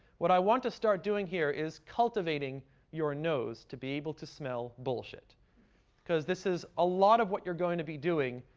what i want to start doing here is cultivating your nose to be able to smell bullshit because this is a lot of what you're going to be doing,